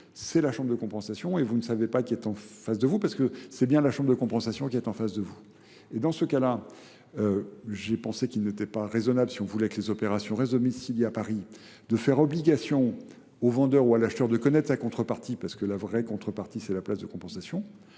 c'est la chambre de compensation et vous ne savez pas qui est en face de vous, parce que c'est bien la chambre de compensation qui est en face de vous. Et dans ce cas-là, j'ai pensé qu'il n'était pas raisonnable, si on voulait que les opérations résument, s'il y a Paris, de faire obligation au vendeur ou à l'acheteur de connaître sa contrepartie, parce que la vraie contrepartie, c'est la place de compensation,